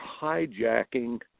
Hijacking